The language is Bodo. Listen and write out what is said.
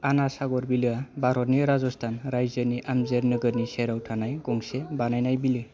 आना सागर बिलोआ भारतनि राजस्थाना रायजोनि आजमेर नोगोरनि सेराव थानाय गंसे बानायनाय बिलो